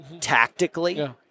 tactically